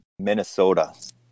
Minnesota